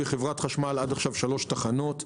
בחברת החשמל נמכרו עד עכשיו שלוש תחנות,